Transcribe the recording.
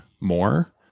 more